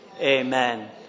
Amen